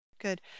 good